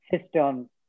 system